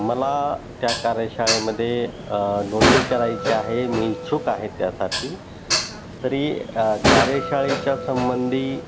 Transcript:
मला त्या कार्यशाळेमध्ये नोंंदणी करायची आहे मी इच्छुक आहे त्यासाठी तरी कार्यशाळेच्या संबंधी